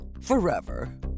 forever